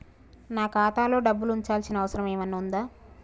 నాకు ఖాతాలో డబ్బులు ఉంచాల్సిన అవసరం ఏమన్నా ఉందా?